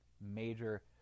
major